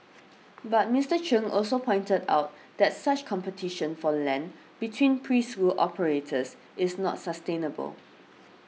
but Mister Chung also pointed out that such competition for land between preschool operators is not sustainable